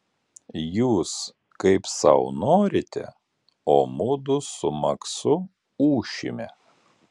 jūs kaip sau norite o mudu su maksu ūšime